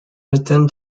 returned